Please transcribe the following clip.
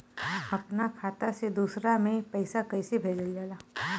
अपना खाता से दूसरा में पैसा कईसे भेजल जाला?